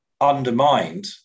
undermined